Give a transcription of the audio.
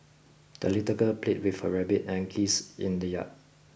the little girl played with her rabbit and geese in the yard